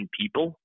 people